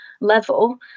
level